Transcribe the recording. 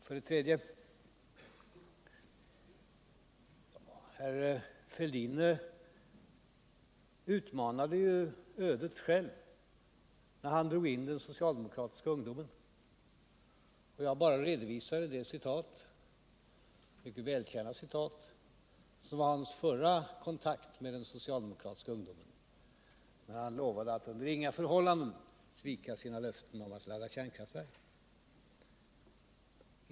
För det tredje: Thorbjörn Fälldin utmanade ju själv ödet när han drog in den socialdemokratiska ungdomen. Jag bara redovisade ett mycket välkänt citat från hans förra kontakt med den socialdemokratiska ungdomen, då han lovade att under inga förhållanden svika sina löften om att inte ladda några kärnkraftverk.